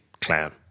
clown